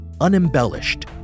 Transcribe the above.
unembellished